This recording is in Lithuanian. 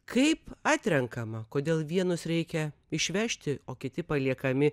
kaip atrenkama kodėl vienus reikia išvežti o kiti paliekami